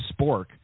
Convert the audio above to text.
Spork